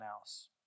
else